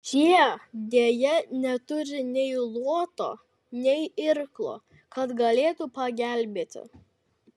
šie deja neturi nei luoto nei irklo kad galėtų pagelbėti